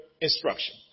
instruction